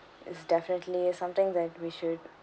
it's definitely something that we should